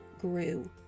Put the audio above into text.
grew